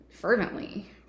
fervently